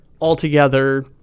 Altogether